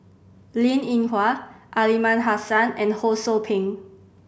Linn In Hua Aliman Hassan and Ho Sou Ping